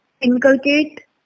inculcate